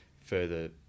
further